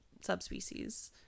subspecies